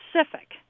specific